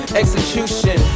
execution